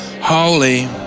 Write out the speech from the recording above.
Holy